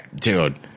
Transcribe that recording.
dude